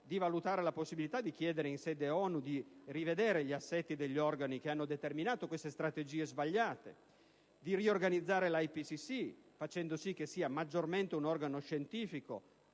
a valutare la possibilità di chiedere in sede ONU di rivedere gli assetti degli organi che hanno determinato queste strategie sbagliate, di riorganizzare l'IPCC (facendo sì che sia maggiormente un organo scientifico